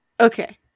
Okay